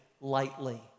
lightly